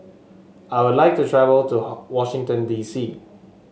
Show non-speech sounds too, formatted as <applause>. I would like to travel to <hesitation> Washington D C